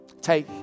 take